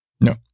No